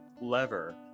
lever